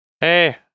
Hey